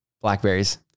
Blackberries